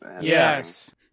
Yes